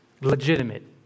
Legitimate